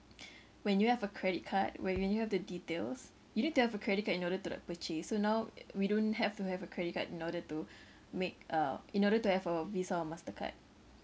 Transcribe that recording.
when you have a credit card when you when you have the details you need to have a credit card in order to like purchase so now uh we don't have to have a credit card in order to make uh in order to have a visa or mastercard